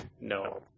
No